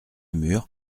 mur